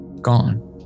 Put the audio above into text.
gone